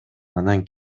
анан